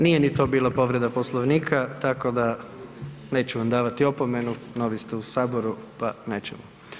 Nije ni to bila povreda Poslovnika tako da neću vam davati opomenu, novi ste u Saboru pa nećemo.